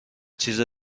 چیز